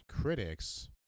Critics